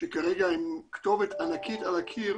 שכרגע הם כתובת ענקית על הקיר